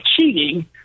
cheating